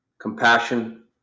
compassion